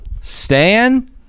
Stan